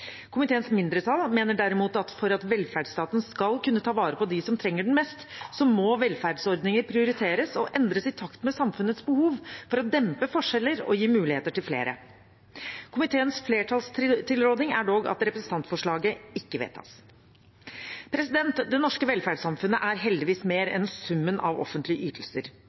Komiteens mindretall mener derimot at for at velferdsstaten skal kunne ta vare på dem som trenger den mest, må velferdsordninger prioriteres og endres i takt med samfunnets behov for å dempe forskjeller og gi muligheter til flere. Komiteens flertallstilråding er dog at representantforslaget ikke vedtas. Det norske velferdssamfunnet er heldigvis mer enn summen av offentlige ytelser,